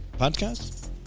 podcast